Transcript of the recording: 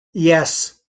yes